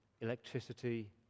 electricity